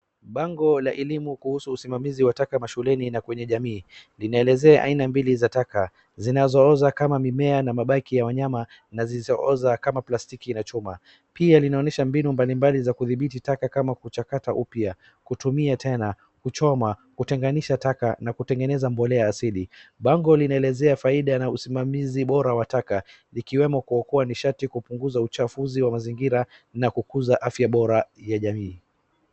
Bango la elimu kuhusu usimamizi wa taka mashuleni na kwenye jamii. Linaelezea aina mbili za taka zinazooza kama mimea na mabaki ya wanyama na zisizooza kama plastiki na chuma. Pia linaonyesha mbinu mbalimbali za kudhibiti taka kama kuchakata upya, kutumia tena kuchoma, kutenganisha taka na kutengeneza mbolea asili. Bango linaelezea faida na usimamizi bora wa taka ikiwemo kuokoa ni sharti kupunguza uchafuzi wa mazingira na kukuza afya bora ya jamii.